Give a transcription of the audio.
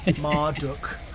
Marduk